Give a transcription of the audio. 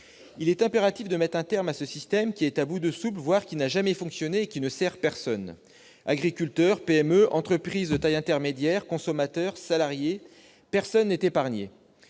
Il est impératif de mettre un terme à ce système qui est à bout de souffle, voire qui n'a jamais fonctionné et qui ne sert personne. Agriculteurs, PME, entreprises de taille intermédiaire, consommateurs, salariés : personne n'est épargné.